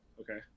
Okay